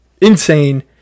insane